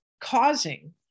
causing